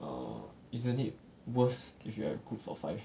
err isn't it worse if you have a group of five